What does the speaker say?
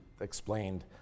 explained